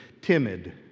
Timid